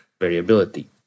variability